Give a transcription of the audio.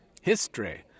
History